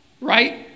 Right